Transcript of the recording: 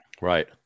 Right